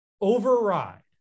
override